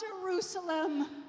Jerusalem